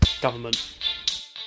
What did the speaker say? government